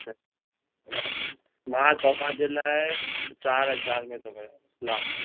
न न मां तव्हांजे लाइ चारि हज़ार में थो कयां लास्ट